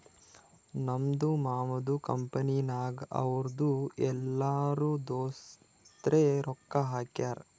ನಮ್ದು ಮಾಮದು ಕಂಪನಿನಾಗ್ ಅವ್ರದು ಎಲ್ಲರೂ ದೋಸ್ತರೆ ರೊಕ್ಕಾ ಹಾಕ್ಯಾರ್